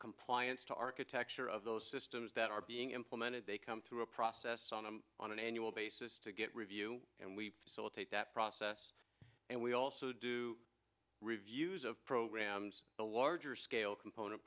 compliance to architecture of those systems that are being implemented they come through a process on a on an annual basis to get review and we will take that process and we also do reviews of programs the larger scale component